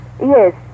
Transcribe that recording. Yes